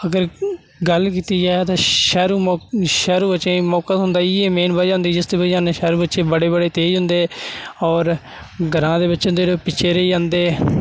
अगर गल्ल कीती जा ते शैह्रू मौका शैह्रू बच्चें'ई मौका थ्होंदा इ'यै मेन बजह् होंदी जिसदी बजह् कन्नै शैह्रू बच्चे बड़े बड़े तेज होंदे और ग्रांऽ दे बच्चे होंदे जेह्ड़े पिच्छे रेही जंदे